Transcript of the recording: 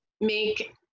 make